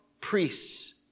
priests